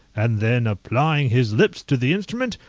and then applying his lips to the instrument,